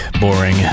boring